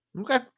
Okay